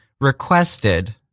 requested